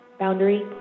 Boundary